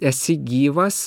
esi gyvas